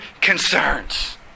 concerns